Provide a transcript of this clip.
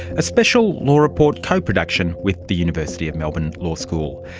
a special law report co-production with the university of melbourne law school.